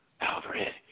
Alfred